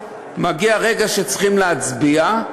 מגיע הרגע שצריכים להצביע,